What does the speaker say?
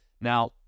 Now